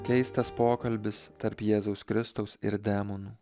keistas pokalbis tarp jėzaus kristaus ir demonų